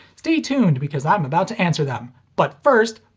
stay tuned because i'm about to answer them. but first,